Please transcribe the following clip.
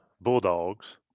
Bulldogs